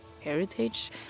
heritage